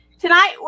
tonight